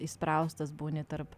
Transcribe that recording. įspraustas būni tarp